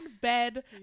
bed